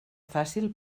fàcil